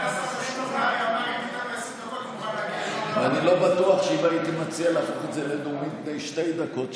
אני לא בטוח שאם הייתי מציע להכפיל את זה לשתי דקות,